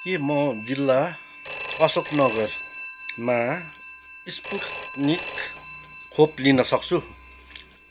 के म जिल्ला अशोक नगरमा स्पुत्निक खोप लिन सक्छु